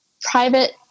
private